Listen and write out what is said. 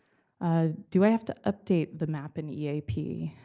ah do i have to update the map in eap?